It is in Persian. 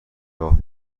راه